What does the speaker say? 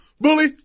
bully